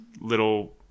little